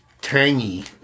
tangy